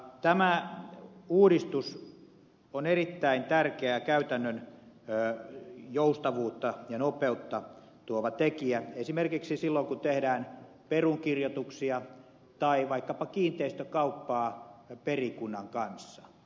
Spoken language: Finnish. tämä uudistus on erittäin tärkeä käytännön joustavuutta ja nopeutta tuova tekijä esimerkiksi silloin kun tehdään perunkirjoituksia tai vaikkapa kiinteistökauppaa perikunnan kanssa